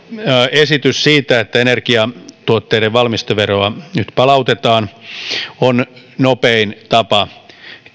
esitys siitä että energiatuotteiden valmisteveroa nyt palautetaan on nopein tapa